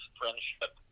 friendship